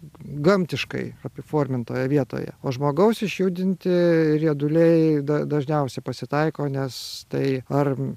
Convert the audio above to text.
gamtiškai apiformintoje vietoje o žmogaus išjudinti rieduliai da dažniausiai pasitaiko nes tai ar